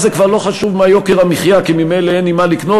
זה כבר לא חשוב מה יוקר המחיה כי ממילא אין עם מה לקנות,